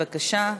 בבקשה.